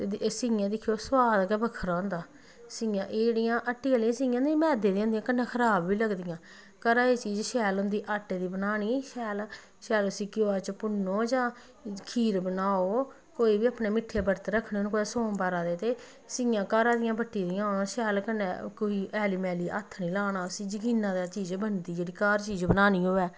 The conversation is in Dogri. ते सियां दिक्खेओ सोआद गै बक्खरा होंदा सियां एह् जेह्ड़ियां हट्टी आह्लियां सियां निं मैद्दे दियां होंदियां कन्नै खराब बी लगदियां घरा दी चीज़ शैल होंदी आटे दी बनानी शैल शैल उसी घ्योआ च भुन्नो जां खीर बनाओ कोई बी अपने मिट्ठे बरत रक्खने होन सोमबारै दे ते सियां घरा दियां बट्टी दियां होन शैल कन्नै कोई ऐली मैली हत्थ निं लाना उसी जकीना दी चीज़ बनदी जेह्ड़ी घर चीज बनानी होऐ